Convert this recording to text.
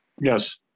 Yes